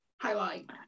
highlight